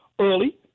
early